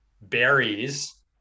berries